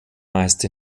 meist